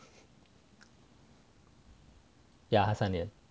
yeah 他三年